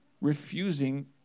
Refusing